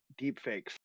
deepfakes